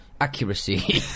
accuracy